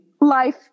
life